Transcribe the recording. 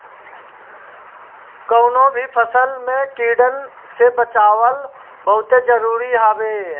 कवनो भी फसल के कीड़न से बचावल बहुते जरुरी हवे